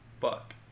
Fuck